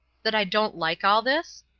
that i don't like all this?